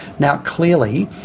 now clearly,